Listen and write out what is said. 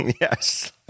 Yes